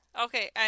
Okay